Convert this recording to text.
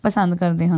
ਪਸੰਦ ਕਰਦੇ ਹਨ